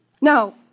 No